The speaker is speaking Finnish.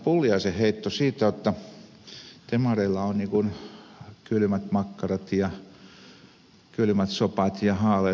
pulliaisen heitto siitä että demareilla on kylmät makkarat ja kylmät sopat ja haaleat saludot